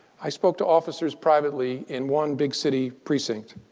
i spoke to officers privately, in one big city precinct,